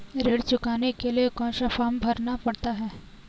ऋण चुकाने के लिए कौन सा फॉर्म भरना पड़ता है?